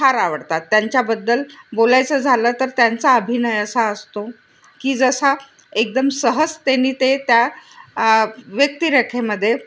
फार आवडतात त्यांच्याबद्दल बोलायचं झालं तर त्यांचा अभिनय असा असतो की जसा एकदम सहज त्यांनी ते त्या व्यक्तिरेखेमध्ये